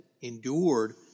endured